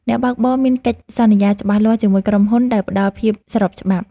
អ្នកបើកបរមានកិច្ចសន្យាច្បាស់លាស់ជាមួយក្រុមហ៊ុន ដែលផ្ដល់ភាពស្របច្បាប់។